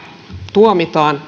tuomitaan